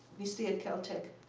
we stay at caltech.